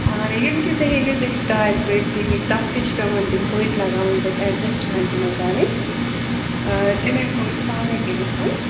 آ یِم تہِ تُہۍ أنِو تہِ تارِ پٔٹھۍ تٔمِکۍ تَتھ تہِ چھِ پٮ۪وان تِم پٔٹۍ لَگاوٕنۍ تَتہِ اٮ۪ڈجَسٹمٮ۪نٛٹ تِمَن کَرٕنۍ تِم ہٮ۪کو أسۍ پانَے کٔرِتھ